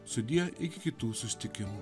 sudie iki kitų susitikimų